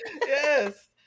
yes